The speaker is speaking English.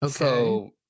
Okay